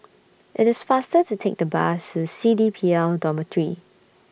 IT IS faster to Take The Bus to C D P L Dormitory